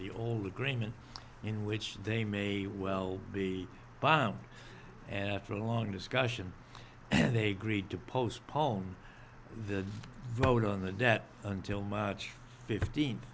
the old agreement in which they may well be bound and after a long discussion and they agreed to postpone the vote on the debt until march fifteenth